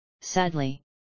sadly